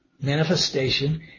manifestation